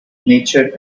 nature